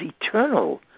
eternal